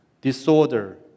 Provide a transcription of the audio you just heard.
disorder